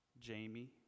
Jamie